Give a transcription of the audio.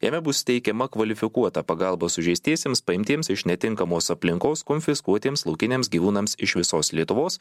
jame bus teikiama kvalifikuota pagalba sužeistiesiems paimtiems iš netinkamos aplinkos konfiskuotiems laukiniams gyvūnams iš visos lietuvos